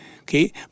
okay